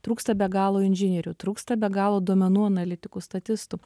trūksta be galo inžinierių trūksta be galo duomenų analitikų statistų